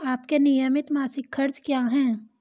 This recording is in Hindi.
आपके नियमित मासिक खर्च क्या हैं?